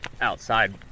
outside